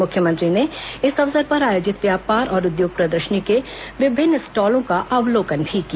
मुख्यमंत्री ने इस अवसर पर आयोजित व्यापार और उद्योग प्रदर्शनी के विभिन्न स्टॉलों का अवलोकन भी किया